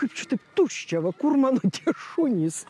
kaip čia taip tuščia va kur man tie šunys